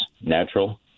natural